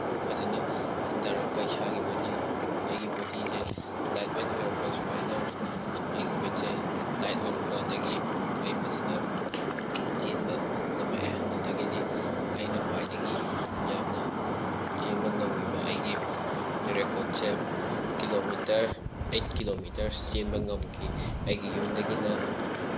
ꯐꯖꯅ ꯍꯟꯊꯔꯛꯄ ꯏꯁꯥꯒꯤ ꯕꯣꯗꯤ ꯑꯩꯒꯤ ꯕꯣꯗꯤꯁꯦ ꯂꯥꯏꯠ ꯋꯦꯠ ꯑꯣꯏꯔꯛꯄ ꯁꯨꯃꯥꯏꯅ ꯑꯩꯒꯤ ꯋꯦꯠꯁꯦ ꯂꯥꯏꯠ ꯑꯣꯏꯔꯛꯄ ꯑꯗꯒꯤ ꯑꯩ ꯐꯖꯅ ꯆꯦꯟꯕ ꯉꯝꯃꯛꯑꯦ ꯑꯗꯨꯗꯒꯤꯗꯤ ꯑꯩꯅ ꯈ꯭ꯋꯥꯏꯗꯒꯤ ꯌꯥꯝꯅ ꯆꯦꯟꯕ ꯉꯝꯈꯤꯕ ꯑꯩꯒꯤ ꯔꯦꯀꯣꯔꯠꯁꯦ ꯀꯤꯂꯣꯃꯤꯇꯔ ꯑꯩꯠ ꯀꯤꯂꯣꯃꯤꯇꯔꯁ ꯆꯦꯟꯕ ꯉꯝꯈꯤ ꯑꯩꯒꯤ ꯌꯨꯝꯗꯒꯤꯅ